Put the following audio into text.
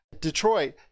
Detroit